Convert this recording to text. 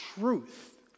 truth